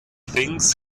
things